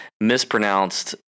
mispronounced